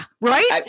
Right